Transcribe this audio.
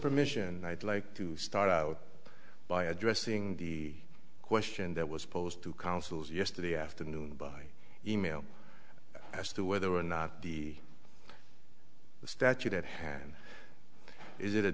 permission i'd like to start out by addressing the question that was posed to counsel's yesterday afternoon by e mail as to whether or not the statute at hand is it a